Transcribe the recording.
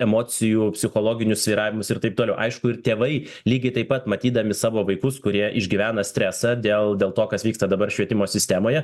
emocijų psichologinius svyravimus ir taip toliau aišku ir tėvai lygiai taip pat matydami savo vaikus kurie išgyvena stresą dėl dėl to kas vyksta dabar švietimo sistemoje